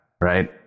right